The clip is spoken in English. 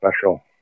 special